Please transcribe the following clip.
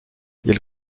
ils